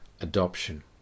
adoption